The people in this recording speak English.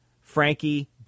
Frankie